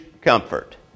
comfort